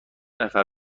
نفر